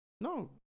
no